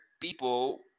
people